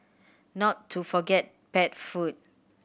not to forget pet food